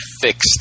fixed